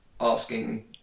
asking